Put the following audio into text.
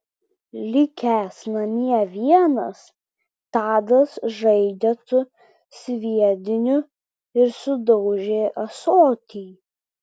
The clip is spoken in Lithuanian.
likęs namie vienas tadas žaidė su sviediniu ir sudaužė ąsotį